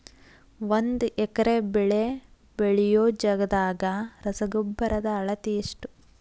ಒಂದ್ ಎಕರೆ ಬೆಳೆ ಬೆಳಿಯೋ ಜಗದಾಗ ರಸಗೊಬ್ಬರದ ಅಳತಿ ಎಷ್ಟು?